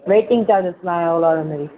waiting சார்ஜஸ்லாம் எவ்வளோ ஆகுதுனு தெரி